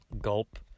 Gulp